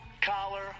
collar